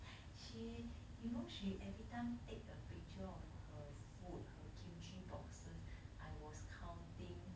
she you know she every time take a picture of her food her kimchi boxes I was counting